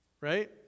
right